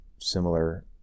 similar